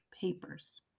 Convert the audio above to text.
papers